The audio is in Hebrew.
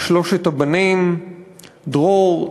לשלושת הבנים דרור,